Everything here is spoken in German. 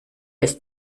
ist